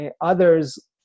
others